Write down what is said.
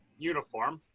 uniform